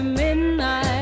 midnight